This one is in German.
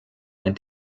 ein